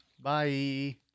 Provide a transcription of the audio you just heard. Bye